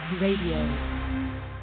radio